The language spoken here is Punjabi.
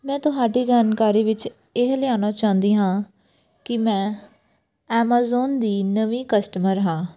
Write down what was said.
ਮੈਂ ਤੁਹਾਡੀ ਜਾਣਕਾਰੀ ਵਿੱਚ ਇਹ ਲਿਆਉਣਾ ਚਾਹੁੰਦੀ ਹਾਂ ਕਿ ਮੈਂ ਐਮਾਜ਼ੋਨ ਦੀ ਨਵੀਂ ਕਸਟਮਰ ਹਾਂ